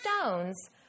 stones